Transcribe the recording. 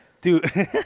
Dude